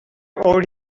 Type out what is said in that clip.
owed